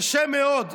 קשה מאוד,